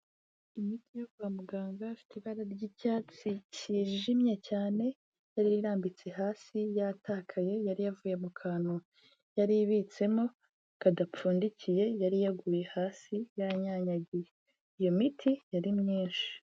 Imiti yo kwa muganga ifite ibara ry'icyatsi kijimye cyane, yari irambitse hasi yatakaye yari yavuye mu kantu yari ibitsemo kadapfundikiye yari yaguye hasi yanyanyagiye, iyo miti yari myinshi.